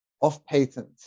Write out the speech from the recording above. off-patent